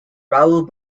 rahul